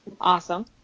Awesome